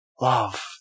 love